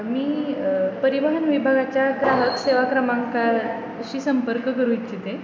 मी परिवहन विभागाच्या ग्राहक सेवा क्रमांकाशी संपर्क करू इच्छिते